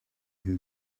who